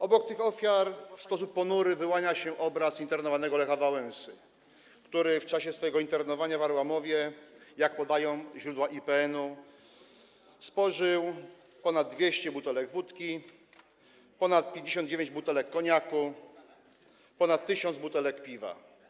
Obok tych ofiar w sposób ponury wyłania się obraz internowanego Lecha Wałęsy, który w czasie swojego internowania w Arłamowie, jak podają źródła IPN-u, spożył ponad 200 butelek wódki, ponad 59 butelek koniaku, ponad 1000 butelek piwa.